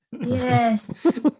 Yes